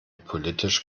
politisch